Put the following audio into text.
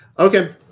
Okay